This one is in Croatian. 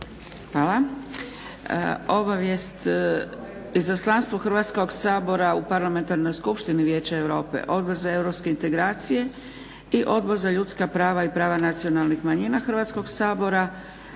Hvala. Obavijest, Izaslanstvo Hrvatskog sabora u Parlamentarnoj skupštini Vijeća Europe, Odbor za europske integracije i Odbor za ljudska prava i prava nacionalnih manjina Hrvatskog sabora